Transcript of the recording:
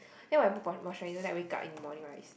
then when I put moisturiser then I wake up in the morning right